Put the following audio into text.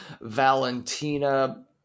Valentina